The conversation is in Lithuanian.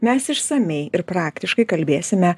mes išsamiai ir praktiškai kalbėsime